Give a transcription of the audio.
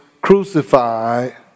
crucified